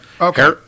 Okay